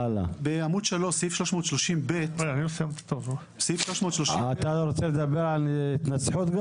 עמוד 3, סעיף 330ב. אתה רוצה לדבר על התנצחות?